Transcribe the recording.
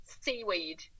seaweed